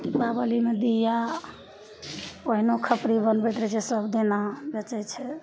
दीपावलीमे दीआ ओहिनो खपरी बनबैत रहै छै सबदिना बेचै छै